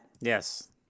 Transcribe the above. Yes